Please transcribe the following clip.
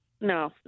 no